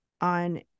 on